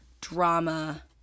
drama